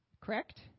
correct